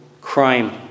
crime